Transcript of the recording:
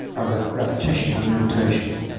a repetition not an imitation.